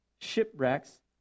shipwrecks